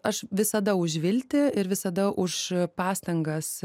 aš visada už viltį ir visada už pastangas